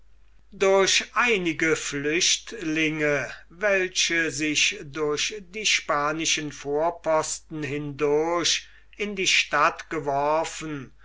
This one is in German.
durch einige flüchtlinge welche sich durch die spanischen vorposten hindurch in die stadt geworfen